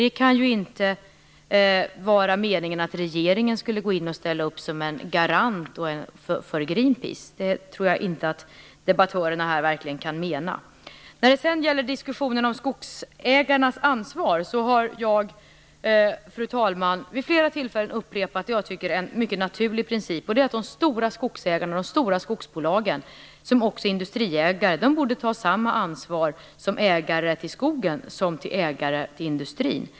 Det kan ju inte vara meningen att regeringen skall ställa upp som en garant för Greenpeace. Det tror jag inte att debattörerna här verkligen kan mena. När det sedan gäller diskussionen om skogsägarnas ansvar har jag, fru talman, vid flera tillfällen upprepat vad jag tycker är en mycket naturlig princip, nämligen att de stora skogsägarna och de stora skogsbolagen, som också är industriägare, borde ta samma ansvar för skogen som för industrin.